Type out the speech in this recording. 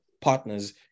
partners